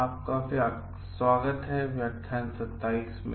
आपका स्वागत है व्याख्यान २७ में